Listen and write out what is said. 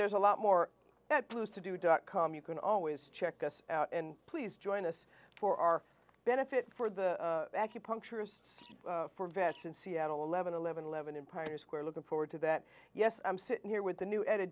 there's a lot more that blues to do dot com you can always check us out and please join us for our benefit for the acupuncturists for vetch in seattle eleven eleven eleven in pioneer square looking forward to that yes i'm sitting here with the new a